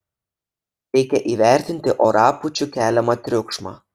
reikia įvertinti orapūčių keliamą triukšmą